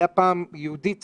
היה פעם יהודי צדיק,